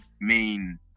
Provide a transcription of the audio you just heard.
Main